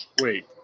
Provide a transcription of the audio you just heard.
Wait